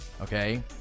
okay